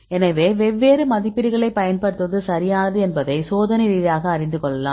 எனவே வெவ்வேறு மதிப்பீடுகளைப் பயன்படுத்துவது சரியானது என்பதை சோதனை ரீதியாக அறிந்து கொள்ளலாம்